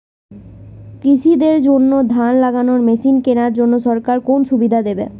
কৃষি দের জন্য ধান লাগানোর মেশিন কেনার জন্য সরকার কোন সুযোগ দেবে?